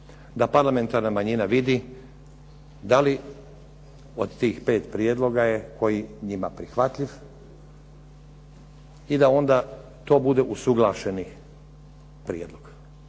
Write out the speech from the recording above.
da parlamentarna manjina vidi da li od tih pet prijedloga je koji njima prihvatljiv i da onda to bude usuglašeni prijedlog.